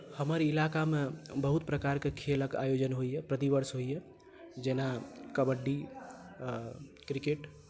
हमर इलाकामे बहुत प्रकारके खेलक आयोजन होइए प्रतिवर्ष होइए जेना कबड्डी क्रिकेट